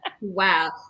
Wow